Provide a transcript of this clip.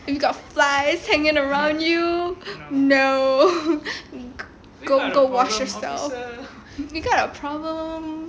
you got flies hanging around you no go go wash yourself you got a problem